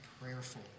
prayerful